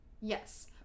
Yes